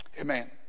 Amen